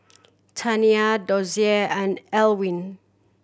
Taniya Dozier and Elwyn